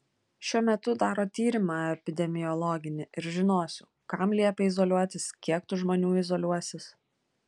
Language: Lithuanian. šiuo metu daro tyrimą epidemiologinį ir žinosiu kam liepia izoliuotis kiek tų žmonių izoliuosis